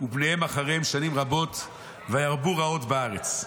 ובניהם אחריהם שנים רבות, וירבו רעות בארץ.